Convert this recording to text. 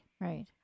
right